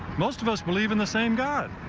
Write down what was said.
most of us believe in the same god.